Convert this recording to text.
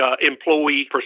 employee